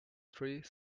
three